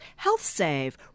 HealthSave